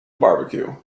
barbecue